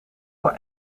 voor